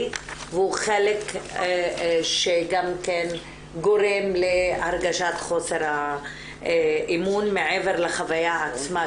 והוא חלק שגם גורם להרגשת חוסר האמון מעבר לחוויה עצמה,